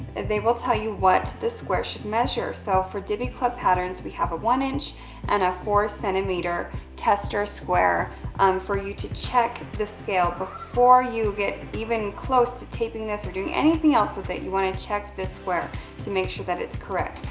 they will tell you what this square should measure. so, for diby club patterns, we have a one inch and a four centimeter tester square um for you to check the scale before you get even close to taping this, or doing anything else with it, you want to check this square to make sure that it's correct.